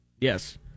Yes